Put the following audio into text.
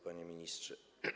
Panie Ministrze!